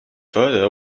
further